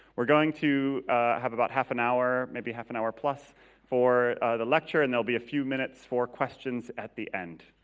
we're going to have about half an hour, maybe half an hour plus for the lecture and there'll be a few minutes for questions at the end.